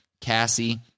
Cassie